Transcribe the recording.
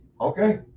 Okay